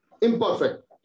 imperfect